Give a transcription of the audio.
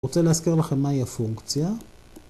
רוצה להזכיר לכם מהי הפונקציה